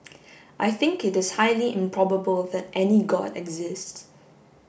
I think it is highly improbable that any god exists